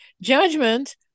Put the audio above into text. judgment